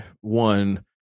one